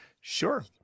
Sure